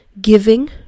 giving